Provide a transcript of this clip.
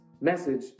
message